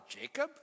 Jacob